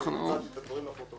אני הצגתי את הדברים לפרוטוקול.